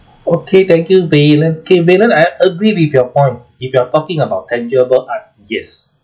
okay thank you valen okay valen I agree with your point if you are talking about tangible art yes